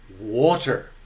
water